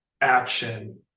action